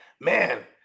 man